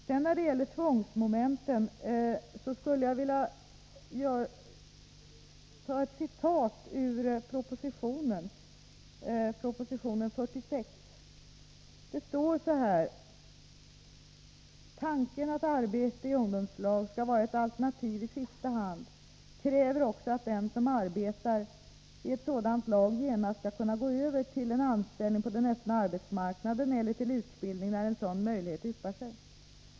När det sedan gäller tvångsmomenten skulle jag vilja anföra ett citat ur proposition 46. Det står där: ”Tanken att arbete i ungdomslag skall vara ett alternativ i sista hand kräver också att den som arbetar i ett sådant lag genast skall kunna gå över till en anställning på den öppna arbetsmarknaden eller till utbildning, när en sådan möjlighet yppar sig.